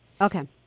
Okay